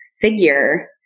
figure